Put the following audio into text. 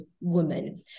woman